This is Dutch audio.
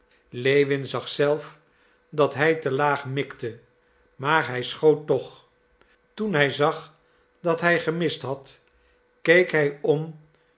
lewin zag zelf dat hij te laag mikte maar hij schoot toch toen hij zag dat hij gemist had keek hij om